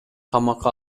камакка